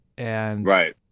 Right